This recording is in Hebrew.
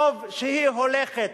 טוב שהיא הולכת.